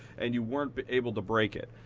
and you weren't but able to break it.